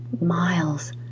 Miles